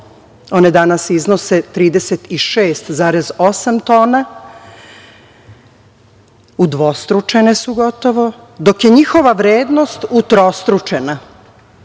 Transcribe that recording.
One danas iznose 36,8 tona, udvostručene su gotovo, dok je njihova vrednost utrostručena. Tada